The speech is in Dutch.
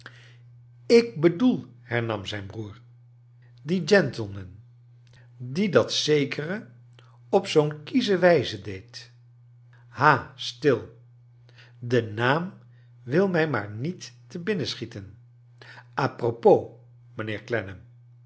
ik bedoel hernam zijn broer dien gentleman die dat zekere op zoo'n kiesche wijze deed ha stil de naam wil mij maar niet te binnen schieten apropos